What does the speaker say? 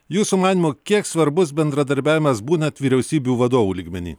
jūsų manymu kiek svarbus bendradarbiavimas būnant vyriausybių vadovų lygmeny